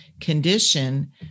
condition